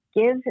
give